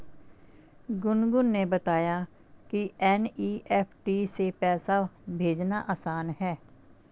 गुनगुन ने बताया कि एन.ई.एफ़.टी से पैसा भेजना आसान है